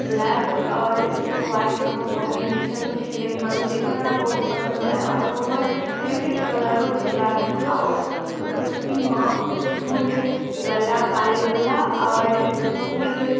black आओर व्हाइटके combination छलै हन जेकि हमरा बहुत पसन्द आयल आओर ओ हमर फेवरेट कलरो छले आ ओ कुर्तीमे फुल गला कॉलरवला आओर फुल